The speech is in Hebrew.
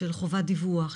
של חובת דיווח,